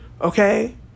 Okay